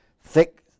thick